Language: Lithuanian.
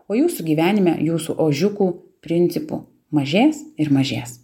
o jūsų gyvenime jūsų ožiukų principų mažės ir mažės